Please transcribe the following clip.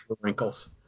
wrinkles